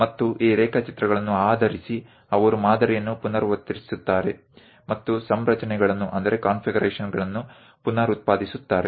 ಮತ್ತು ಆ ರೇಖಾಚಿತ್ರಗಳನ್ನು ಆಧರಿಸಿ ಅವರು ಮಾದರಿಯನ್ನು ಪುನರಾವರ್ತಿಸುತ್ತಾರೆ ಮತ್ತು ಸಂರಚನೆಗಳನ್ನು ಪುನರುತ್ಪಾದಿಸುತ್ತಾರೆ